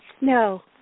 No